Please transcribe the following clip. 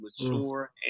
mature